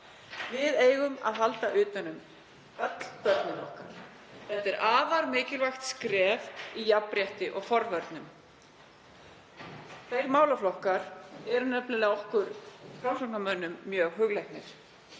Við eigum að halda utan um öll börnin okkar. Þetta er afar mikilvægt skref í jafnrétti og forvörnum. Þeir málaflokkar eru nefnilega okkur Framsóknarmönnum mjög hugleiknir.